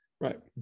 right